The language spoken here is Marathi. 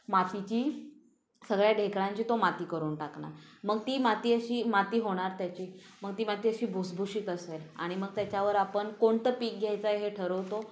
मातीची सगळ्या ढेकळांची तो माती करून टाकणार मग ती माती अशी माती होणार त्याची मग ती माती अशी भुसभुशीत असेल आणि मग त्याच्यावर आपण कोणतं पीक घ्यायचा हे ठरवतो